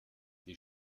die